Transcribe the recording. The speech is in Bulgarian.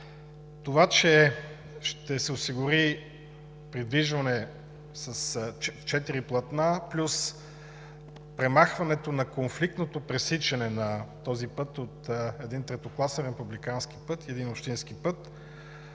г., че ще се осигури придвижване с четири платна плюс премахването на конфликтното пресичане на този път от един третокласен републикански път и един общински път.